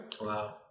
Wow